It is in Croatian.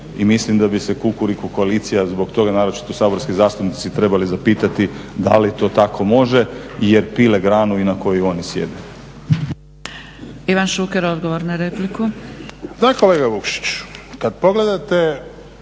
Mislim da bi se Kukuriku koalicija zbog toga, naročito saborski zastupnici, trebali zapitati da li to tako može jer pile granu i na kojoj oni sjede.